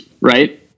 right